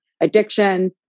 addiction